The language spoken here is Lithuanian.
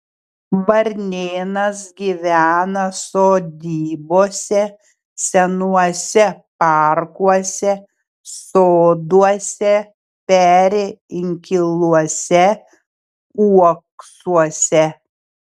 varnėnas gyvena sodybose senuose parkuose soduose peri inkiluose uoksuose